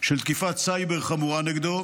של תקיפת סייבר חמורה נגדו,